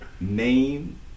Name